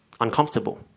uncomfortable